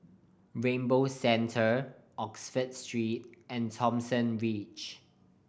Rainbow Centre Oxford Street and Thomson Ridge